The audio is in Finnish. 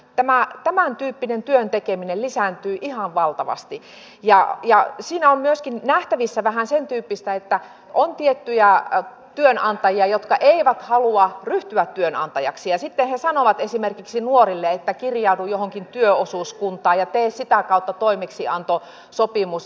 tämän tyyppinen työn tekeminen lisääntyy ihan valtavasti ja siinä on myöskin nähtävissä vähän sen tyyppistä että on tiettyjä työnantajia jotka eivät halua ryhtyä työnantajaksi ja sitten he sanovat esimerkiksi nuorille että kirjaudu johonkin työosuuskuntaan ja tee sitä kautta toimeksiantosopimus